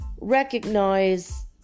recognize